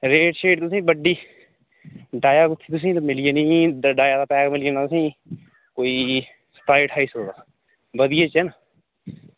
rate तुसेंगी बड्डी type मिली जानी डाया टाईप मिली जाना कोई पंज छे सौ दा बधियै च ऐ